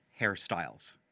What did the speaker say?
hairstyles